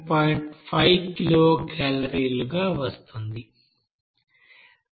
5 కిలోకలోరీగా వస్తోంది